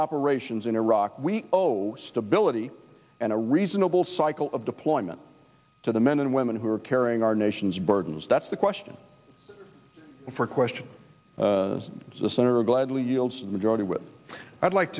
operations in iraq we owe stability and a reasonable cycle of deployment to the men and women who are carrying our nation's burdens that's the question for question as the center of gladly yields majority whip i'd like